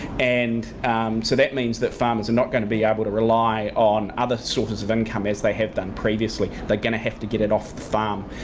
and so that means that farmers are not going to be able to rely on other sources of income as they have done previously. they're going to have to get it off the farm,